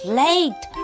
late